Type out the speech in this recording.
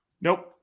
Nope